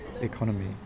economy